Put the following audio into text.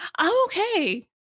Okay